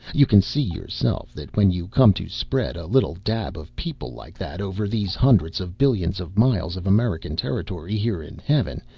you can see, yourself, that when you come to spread a little dab of people like that over these hundreds of billions of miles of american territory here in heaven,